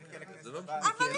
תקינה לא תהיה בתקנות.